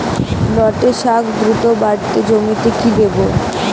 লটে শাখ দ্রুত বাড়াতে জমিতে কি দেবো?